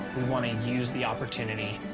we want to use the opportunity